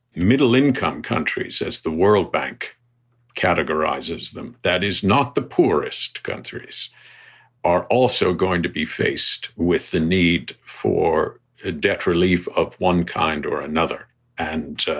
middle income countries as the world bank categorizes them. that is not the poorest countries are also going to be faced with the need for ah debt relief of one kind or another and